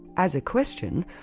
as a question,